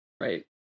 Right